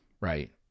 right